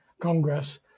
Congress